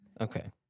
Okay